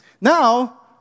Now